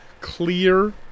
clear